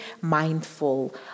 mindful